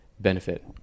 Benefit